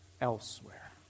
elsewhere